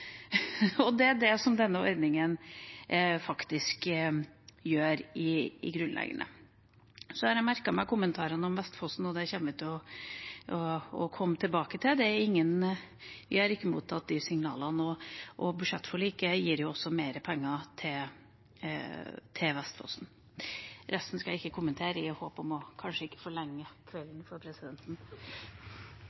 og det er det denne ordningen grunnleggende gjør. Så har jeg merket meg kommentarene om Vestfossen, og det vil jeg komme tilbake til. Jeg har ikke mottatt de signalene, og budsjettforliket gir også mer penger til Vestfossen. Resten skal jeg ikke kommentere, i håp om ikke å forlenge kvelden for